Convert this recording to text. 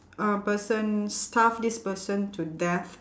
uh person starve this person to death